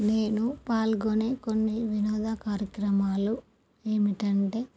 నేను పాల్గొనే కొన్ని వినోద కార్యక్రమాలు ఏంటంటే